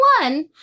one